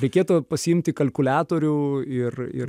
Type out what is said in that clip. reikėtų pasiimti kalkuliatorių ir ir